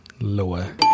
Lower